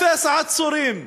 אפס עצורים,